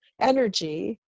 energy